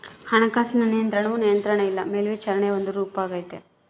ಹಣಕಾಸಿನ ನಿಯಂತ್ರಣವು ನಿಯಂತ್ರಣ ಇಲ್ಲ ಮೇಲ್ವಿಚಾರಣೆಯ ಒಂದು ರೂಪಾಗೆತೆ